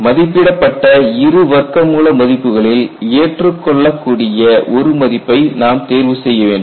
மதிப்பிடப்பட்ட இரு வர்க்கமூல மதிப்புகளில் ஏற்றுக்கொள்ளக் கூடிய ஒரு மதிப்பை நாம் தேர்வு செய்ய வேண்டும்